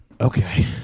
Okay